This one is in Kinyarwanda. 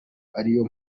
ariyo